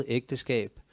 ægteskab